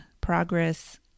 progress